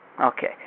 Okay